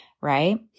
right